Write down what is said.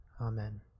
Amen